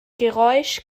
geräusch